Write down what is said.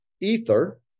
ether